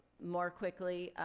more quickly.